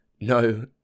No